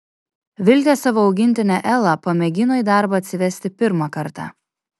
viltė savo augintinę elą pamėgino į darbą atsivesti pirmą kartą